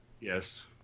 Yes